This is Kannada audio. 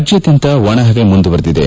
ರಾಜ್ಯಾದ್ಯಂತ ಒಣಹವೆ ಮುಂದುವರೆದಿದೆ